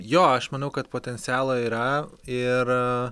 jo aš manau kad potencialo yra ir